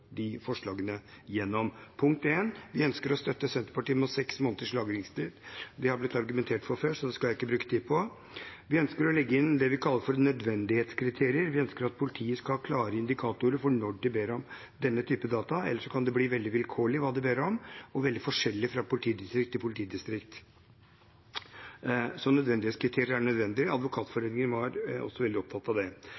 forslagene igjennom. Vi ønsker å støtte Senterpartiet med seks måneders lagringstid. Det har blitt argumentert for før, så det skal jeg ikke bruke tid på. Vi ønsker å legge inn det vi kaller nødvendighetskriterier. Vi ønsker at politiet skal ha klare indikatorer for når de ber om denne typen data, ellers kan det bli veldig vilkårlig hva de ber om, og veldig forskjellig fra politidistrikt til politidistrikt. Så nødvendighetskriterier er nødvendig.